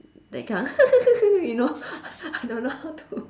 that kind of you know I don't know how to